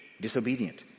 disobedient